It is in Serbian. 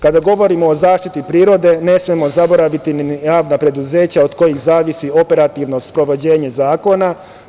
Kada govorimo o zaštiti prirode, ne smemo zaboraviti ni javna preduzeća od kojih zavisi operativno sprovođenje zakona.